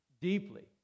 deeply